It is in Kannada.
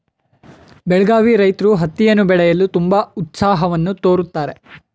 ಬೆಳಗಾವಿ ರೈತ್ರು ಹತ್ತಿಯನ್ನು ಬೆಳೆಯಲು ತುಂಬಾ ಉತ್ಸಾಹವನ್ನು ತೋರುತ್ತಾರೆ